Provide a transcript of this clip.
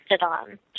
on